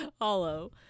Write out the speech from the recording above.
Hollow